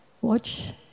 watch